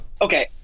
Okay